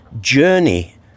journey